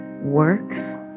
Works